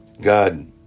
God